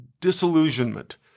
disillusionment